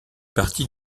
partie